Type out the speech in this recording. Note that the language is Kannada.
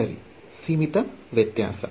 ಸರಿ ಸೀಮಿತ ವ್ಯತ್ಯಾಸ